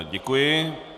Děkuji.